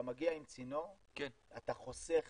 אתה מגיע עם צינור ואתה חוסך 50%,